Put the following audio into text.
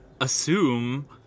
assume